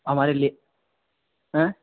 हमारे लिए ऐं